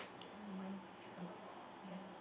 mine is a lot yeah